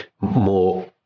more